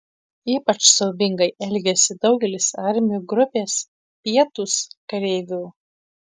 ypač siaubingai elgėsi daugelis armijų grupės pietūs kareivių